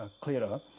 clearer